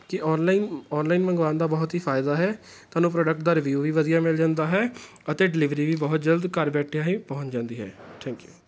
ਕਿ online online ਮੰਗਵਾਉਣ ਦਾ ਬਹੁਤ ਹੀ ਫਾਇਦਾ ਹੈ ਤੁਹਾਨੂੰ ਪ੍ਰੋਡਕਟ ਦਾ ਰਿਵਿਊ ਵੀ ਵਧੀਆ ਮਿਲ ਜਾਂਦਾ ਹੈ ਅਤੇ ਡਿਲੀਵਰੀ ਵੀ ਬਹੁਤ ਜਲਦ ਘਰ ਬੈਠਿਆਂ ਹੀ ਪਹੁੰਚ ਜਾਂਦੀ ਹੈ ਥੈਂਕ ਯੂ